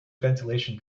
ventilation